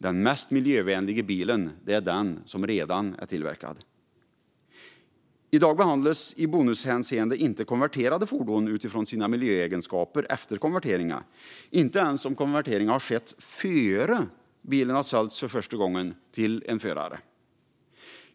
Den mest miljövänliga bilen är den som redan är tillverkad. I dag behandlas i bonushänseende inte konverterade fordon utifrån sina miljöegenskaper efter konverteringen, inte ens om konverteringen skett innan bilen sålts för första gången till en förare.